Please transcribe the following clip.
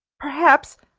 perhaps,